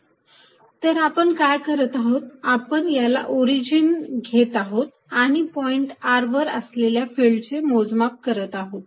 Fq4π0dVr r3ρrr r तर आपण काय करत आहोत आपण याला ओरिजिन घेत आहोत आणि पॉईंट r वर असलेल्या फिल्डचे मोजमाप करत आहोत